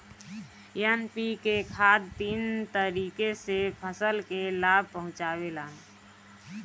NPK खाद तीन तरीके से फसल के लाभ पहुंचावेला